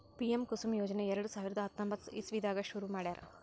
PM Kusum ಯೋಜನೆ ಎರಡ ಸಾವಿರದ್ ಹತ್ತೊಂಬತ್ತ್ ಇಸವಿದಾಗ್ ಶುರು ಮಾಡ್ಯಾರ್